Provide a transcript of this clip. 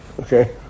Okay